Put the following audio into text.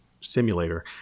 simulator